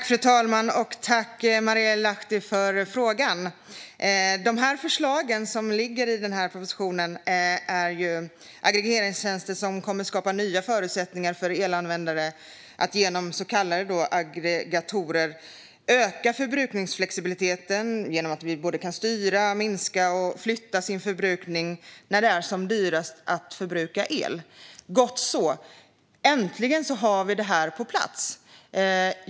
Fru talman! Jag tackar Marielle Lahti för frågan. Förslagen i propositionen handlar om aggregeringstjänster som kommer att skapa nya förutsättningar för elanvändare att genom så kallade aggregatorer kunna öka förbrukningsflexibiliteten. Därigenom kan man styra, minska och flytta sin förbrukning när det är som dyrast att förbruka el. Gott så. Äntligen har vi detta på plats!